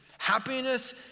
Happiness